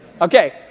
Okay